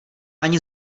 ani